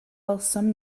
welsom